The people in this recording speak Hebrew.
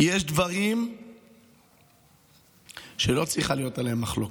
יש דברים שלא צריכה להיות עליהם מחלוקת.